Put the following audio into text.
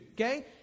okay